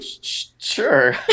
Sure